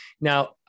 Now